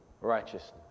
righteousness